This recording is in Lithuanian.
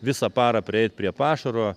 visą parą prieiti prie pašaro